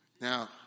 Now